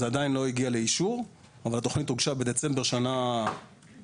זה עדיין לא הגיע לאישור אבל התוכנית הוגשה בדצמבר שנה שעברה.